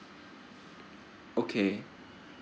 okay